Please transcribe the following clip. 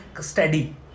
steady